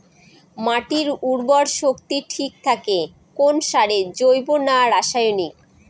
মাটির উর্বর শক্তি ঠিক থাকে কোন সারে জৈব না রাসায়নিক?